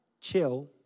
chill